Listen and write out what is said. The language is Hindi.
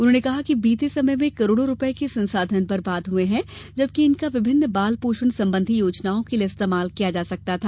उन्होंने कहा कि बीते समय में करोड़ों रूपए के संसाधन बर्बाद हुए हैं जबकि इनका विभिन्न बाल पोषण संबंधी योजनाओं के लिए इस्तेमाल किया जा सकता था